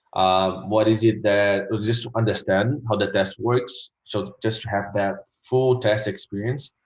ah what is it that just to understand how the test works, so just to have that full test experience